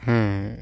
হ্যাঁ